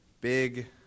big